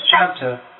chapter